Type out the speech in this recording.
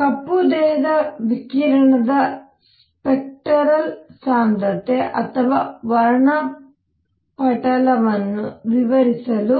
ಕಪ್ಪು ದೇಹದ ವಿಕಿರಣದ ಸ್ಪೆಕಟ್ರಲ್ ಸಾಂದ್ರತೆ ಅಥವಾ ವರ್ಣಪಟಲವನ್ನು ವಿವರಿಸಲು